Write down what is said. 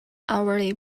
hourly